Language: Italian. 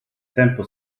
tempo